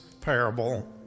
parable